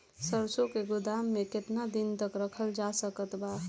सरसों के गोदाम में केतना दिन तक रखल जा सकत बा?